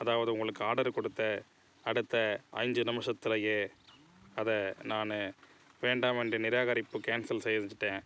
அதாவது உங்களுக்கு ஆடர் கொடுத்த அடுத்த அஞ்சு நிமிஷத்துலயே அதை நான் வேண்டாம் என்று நிராகரிப்பு கேன்சல் செய்துட்டேன்